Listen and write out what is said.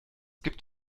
gibt